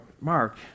Mark